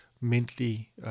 mentally